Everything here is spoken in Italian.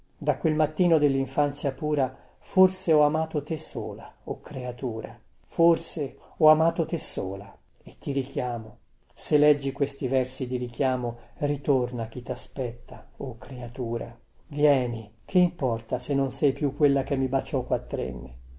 da quel mattino dellinfanzia pura forse ho amato te sola o creatura forse ho amato te sola e ti richiamo se leggi questi versi di richiamo ritorna a chi taspetta o creatura vieni che importa se non sei più quella che mi baciò quattrenne